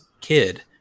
kid